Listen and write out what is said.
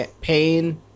pain